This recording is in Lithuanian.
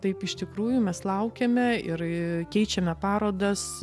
taip iš tikrųjų mes laukiame ir keičiame parodas